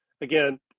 again